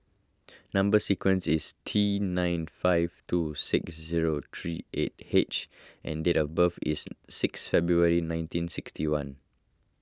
Number Sequence is T nine five two six zero three eight H and date of birth is sixth February nineteen sixty one